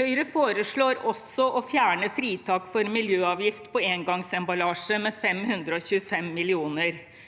Høyre foreslår også å fjerne fritak for miljøavgift på engangsemballasje med 525 mill. kr.